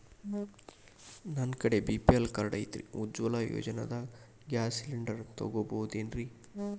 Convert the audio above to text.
ನನ್ನ ಕಡೆ BPL card ಐತ್ರಿ, ಉಜ್ವಲಾ ಯೋಜನೆದಾಗ ಗ್ಯಾಸ್ ಸಿಲಿಂಡರ್ ತೊಗೋಬಹುದೇನ್ರಿ?